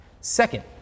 Second